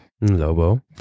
Lobo